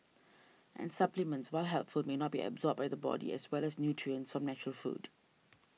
and supplements while helpful may not be absorbed by the body as well as nutrients from natural food